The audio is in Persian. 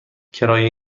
کرایه